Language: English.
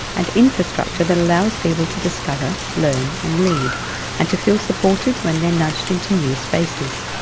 and infrastructure that allows people to discover, learn and lead and to feel supported when they are nudged into new spaces.